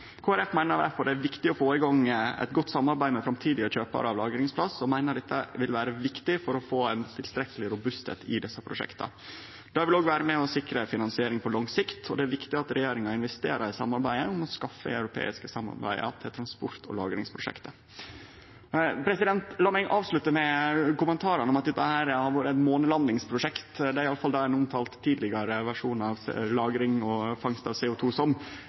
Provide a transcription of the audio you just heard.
Folkeparti meiner difor det er viktig å få i gang eit godt samarbeid med framtidige kjøparar av lagringsplass, og meiner dette vil vere viktig for å få desse prosjekta tilstrekkeleg robuste. Det vil òg vere med og sikre finansiering på lang sikt. Det er viktig at regjeringa intensiverer arbeidet med å skaffe europeiske partnarar til transport- og lagringsprosjektet. Lat meg avslutte med kommentarar til at dette har vore eit månelandingsprosjekt – det er iallfall det ein har omtalt tidlegare versjon av lagring og fangst av CO 2 som.